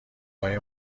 های